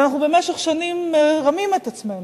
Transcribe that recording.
ואנחנו במשך שנים מרמים את עצמנו,